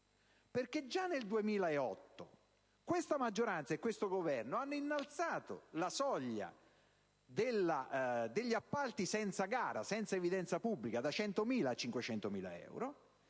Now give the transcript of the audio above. Già nel 2008 questa maggioranza e questo Governo hanno innalzato la soglia degli appalti senza evidenza pubblica da 100.000 a 500.000 euro.